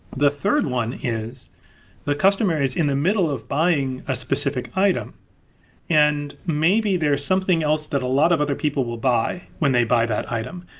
the third one is the customers is in the middle of buying a specific item and maybe there's something else that a lot of other people will buy when they buy that item.